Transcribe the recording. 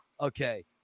Okay